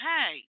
Hey